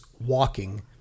walking